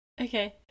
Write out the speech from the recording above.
Okay